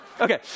Okay